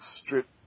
strip